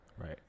right